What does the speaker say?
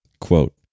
Quote